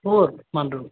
ক'ত মানুহটো